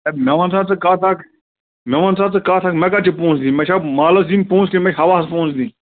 ہَے مےٚ وَنسا ژٕ کتھ اکھ مےٚ ونسا ژٕ کتھ اَکھ مےٚ کتھ چھِ پۅنٛسہٕ دِنۍ مےٚ چھا مالَس دِنۍ پۅنٛسہٕ دِنۍ کِنہٕ مےٚ چھِ ہَوہَس پۅنٛسہٕ دِنۍ